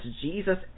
Jesus